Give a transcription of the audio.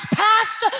past